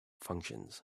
functions